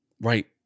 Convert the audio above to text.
right